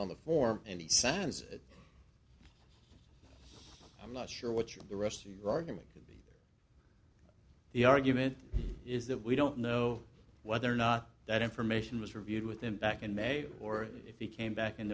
on the form in the sense that i'm not sure what you the rest of your argument could be the argument is that we don't know whether or not that information was reviewed with him back in may or if he came back in